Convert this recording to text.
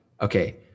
okay